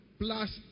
plus